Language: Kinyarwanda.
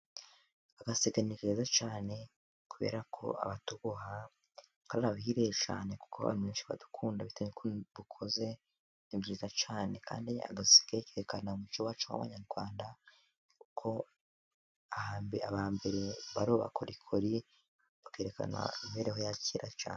Agaseke ni keza cyane kuberako abatuboha twarabahiriye cyane ,kuko abantu benshi baradukunda bitewe n'ukuntu dukoze ni byiza cyane, kandi agaseke kerekana umuco wacu w'Abanyarwanda kuko aba mbere bari abakorikori, bakerekana imibereho ya kera cyane.